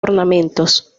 ornamentos